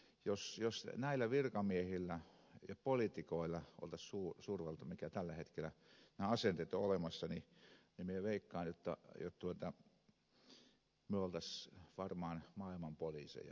nimittäin jos näillä virkamiehillä ja poliitikoilla oltaisiin suurvalta näillä asenteilla mitkä tällä hetkellä ovat olemassa niin minä veikkaan jotta me olisimme varmaan maailman poliiseja